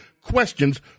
questions